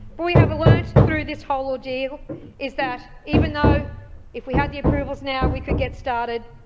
but we have learnt through this whole deal is that, even though if we had the approvals now, we could get started,